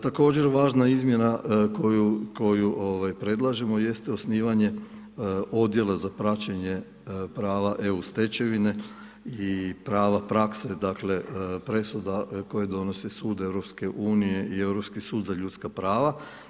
Također, važna izmjena koju predlažemo jest osnivanje Odjela za praćenje prava EU stečevine i prava prakse dakle, presuda koje donosi sud EU i Europski sud za ljudska prava.